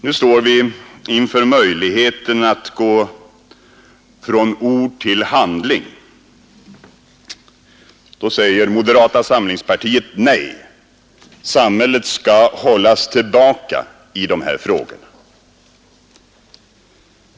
Nu står vi inför möjligheten att gå från ord till handling. Då säger moderata samlingspartiet nej. Samhället skall hållas tillbaka i dessa frågor.